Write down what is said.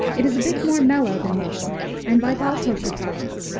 it is a bit more mellow than most and, like all kosher products,